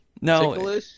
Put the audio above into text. No